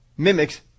Mimics